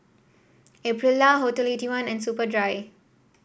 Aprilia Hotel Eighty one and Superdry